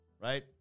right